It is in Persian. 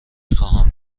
خواهم